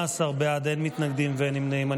18 בעד, אין מתנגדים ואין נמנעים.